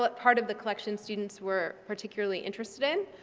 like part of the collection students were particularly interested in.